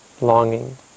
longing